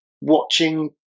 watching